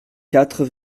quatre